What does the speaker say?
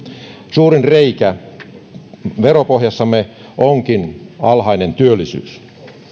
suurin reikä veropohjassamme onkin alhainen työllisyys